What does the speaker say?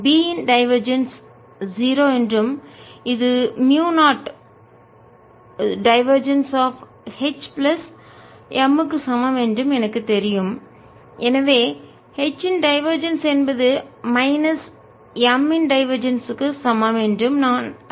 B இன் divergence 0 என்றும் இது மியூ0 divergence of H plus M க்கு சமம் என்றும் எனக்கு தெரியும் எனவே H இன் டைவர்ஜென்ஸ் என்பது மைனஸ் M இன் டைவர்ஜென்ஸ் க்கு சமம் என்றும் நான் அறிவேன்